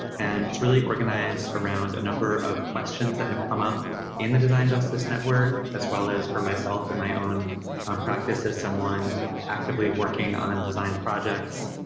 and it's really organized around a number of questions that have come up in the design justice network as well as for myself in my own practice as someone actively working on design projects,